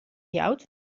jout